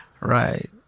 Right